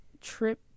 trip